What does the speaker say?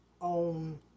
on